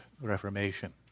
Reformation